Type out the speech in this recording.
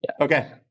Okay